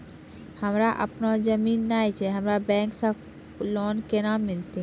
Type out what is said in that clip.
हमरा आपनौ जमीन नैय छै हमरा बैंक से लोन केना मिलतै?